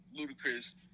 Ludacris